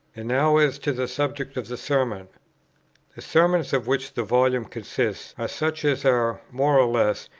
and now as to the subject of the sermon. the sermons of which the volume consists are such as are, more or less,